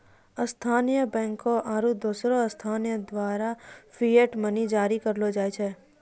स्थानीय बैंकों आरू दोसर संस्थान द्वारा फिएट मनी जारी करलो जाय छै